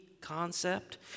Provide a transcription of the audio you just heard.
Concept